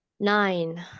nine